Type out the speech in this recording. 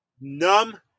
Numb